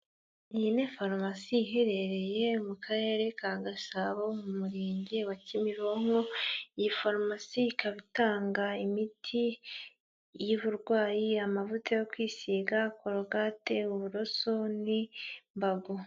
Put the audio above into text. Iyi ni farumasi iherereye mu karere ka Gasabo mu murenge wa Kimironko, iyi farumasi ikaba itanga imiti y'uburwayi, amavuta yo kwisiga, korogate, uburoso n'imbago.